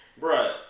Bruh